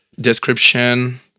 description